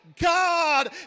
God